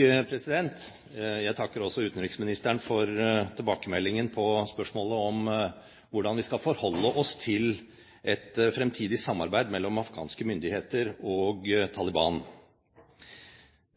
Jeg takker utenriksministeren for tilbakemeldingen på spørsmålet om hvordan vi skal forholde oss til et fremtidig samarbeid mellom afghanske myndigheter og Taliban.